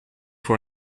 for